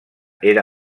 era